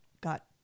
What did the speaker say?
got